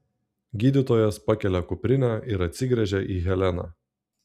gydytojas pakelia kuprinę ir atsigręžia į heleną